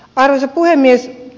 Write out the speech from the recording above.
arvoisa puhemies